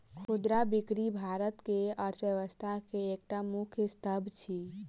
खुदरा बिक्री भारत के अर्थव्यवस्था के एकटा मुख्य स्तंभ अछि